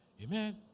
Amen